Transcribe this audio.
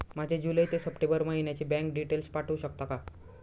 माझे जुलै ते सप्टेंबर महिन्याचे बँक डिटेल्स पाठवू शकता का?